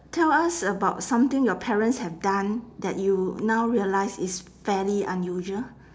tell us about something your parents have done that you now realise is fairly unusual